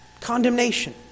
condemnation